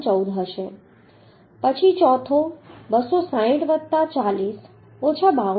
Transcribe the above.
14 હશે પછી ચોથો 260 વત્તા 40 ઓછા 52